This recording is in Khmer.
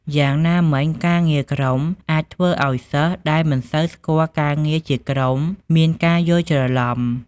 យ៉ាងណាមិញ ការងារក្រុមអាចធ្វើឲ្យសិស្សដែលមិនសូវស្គាល់ការងារជាក្រុមមានការយល់ច្រឡំ។